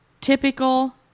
Typical